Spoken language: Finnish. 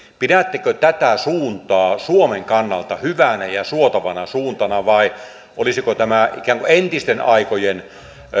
pidättekö tätä suuntaa suomen kannalta hyvänä ja suotavana suuntana vai olisiko tämä ikään kuin entisten aikojen